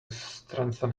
strengthen